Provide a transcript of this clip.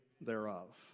thereof